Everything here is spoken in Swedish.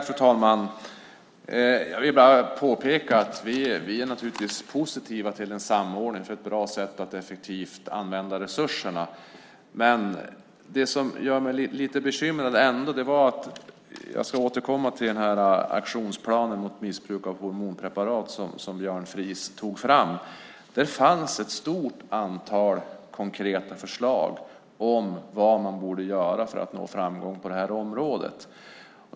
Fru talman! Jag vill påpeka att vi naturligtvis är positiva till en samordning. Det är ett bra sätt att effektivt använda resurserna. Jag ska återkomma till aktionsplanen mot missbruk av hormonpreparat som Björn Fries tog fram. Det är en sak som gör mig lite bekymrad. Det fanns ett stort antal konkreta förslag om vad man borde göra för att nå framgång på det här området.